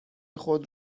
خود